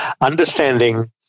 understanding